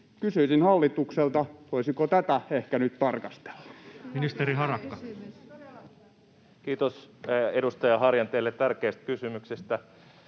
Kysyisin hallitukselta: voisiko tätä ehkä nyt tarkastella? Ministeri Harakka. Arvoisa puhemies! Kiitos edustaja Harjanteelle tärkeästä kysymyksestä.